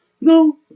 No